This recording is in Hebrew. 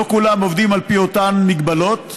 לא כולם עובדים על פי אותן מגבלות,